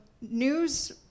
news